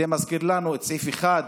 זה מזכיר לנו את סעיף 1,